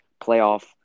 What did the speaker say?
playoff